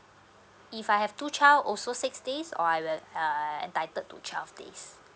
if I have two child also six days or I will uh entitled to twelve days